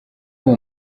uwo